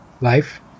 life